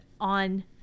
on